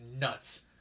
nuts